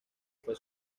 fue